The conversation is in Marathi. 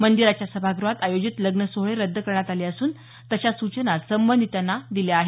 मंदिराच्या सभागृहात आयोजित लग्नसोहळे रद्द करण्यात आले असून तशा सूचना संबंधितांना दिल्या आहेत